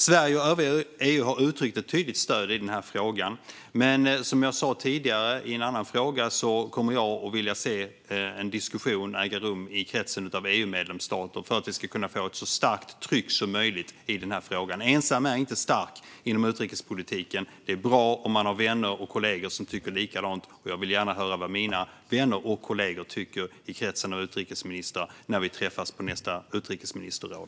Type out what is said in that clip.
Sverige och övriga EU har uttryckt tydligt stöd i den här frågan, men som jag sa tidigare i svaret på en annan fråga kommer jag att vilja se en diskussion äga rum i kretsen av EU-medlemsstater för att sätta så starkt tryck som möjligt. Ensam är inte stark inom utrikespolitiken. Det är bra om man har vänner och kollegor som tycker likadant, och jag vill gärna höra vad mina vänner och kollegor tycker i kretsen av utrikesministrar när vi träffas på nästa utrikesministerråd.